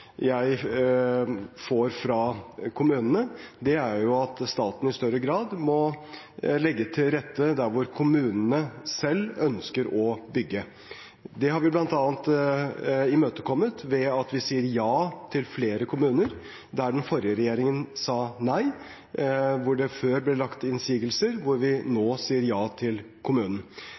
jeg får fra kommunene, er at staten i større grad må legge til rette der hvor kommunene selv ønsker å bygge. Det har vi bl.a. imøtekommet ved at vi sier ja til flere kommuner der den forrige regjeringen sa nei, hvor det før ble lagt innsigelser, og hvor vi nå sier ja til